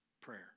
prayer